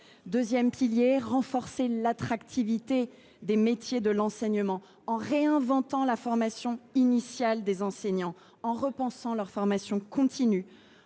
Ensuite, il faut renforcer l’attractivité des métiers de l’enseignement, en réinventant la formation initiale des enseignants, en repensant leur formation continue,